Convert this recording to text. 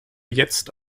jetzt